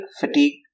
fatigue